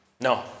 No